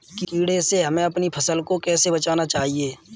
कीड़े से हमें अपनी फसल को कैसे बचाना चाहिए?